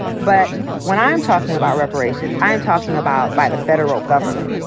but when i'm talking about reparations, i'm talking about by the federal government.